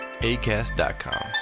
ACAST.com